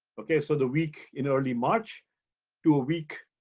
okay, so the week in early march to week